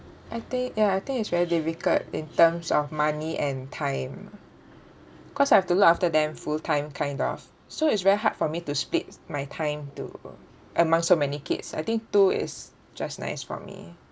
I think ya I think it's very difficult in terms of money and time cause I have to look after them full time kind of so it's very hard for me to split my time to among so many kids I think two is just nice for me